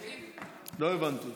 לא הבנתי.